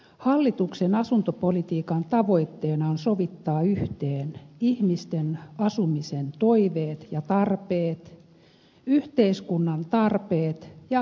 hallituksen asuntopolitiikan tavoitteena on sovittaa yhteen ihmisten asumisen toiveet ja tarpeet yhteiskunnan tarpeet ja kestävä kehitys